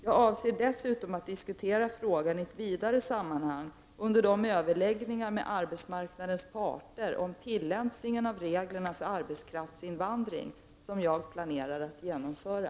Jag avser dessutom att diskutera frågan i ett vidare sammanhang under de överläggningar med arbetsmarknadens parter om tillämpningen av reglerna för arbetskraftsinvandring som jag planerar att genomföra.